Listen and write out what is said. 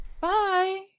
Bye